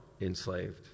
enslaved